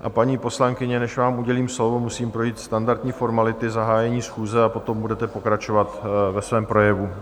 A paní poslankyně , než vám udělím slovo, musím projít standardní formality zahájení schůze a potom budete pokračovat ve svém projevu.